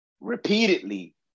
repeatedly